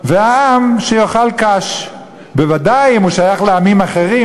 והעם, שיאכל קש, בוודאי אם הוא שייך לעמים אחרים.